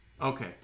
okay